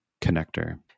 connector